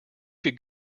could